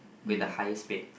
with the highest pay